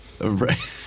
Right